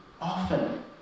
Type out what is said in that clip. often